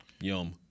Yum